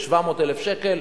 ב-700,000 שקל.